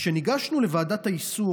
כשניגשנו לוועדת היישום,